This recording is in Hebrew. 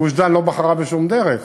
גוש-דן לא בחר בשום דרך.